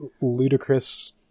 ludicrous